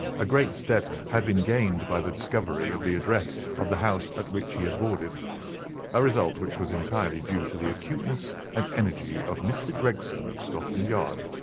a great step had been gained by the discovery of the address of the house at which he had boarded a result which was entirely due to the acuteness and energy of mr. gregson of scotland yard.